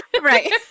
Right